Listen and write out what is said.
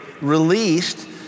released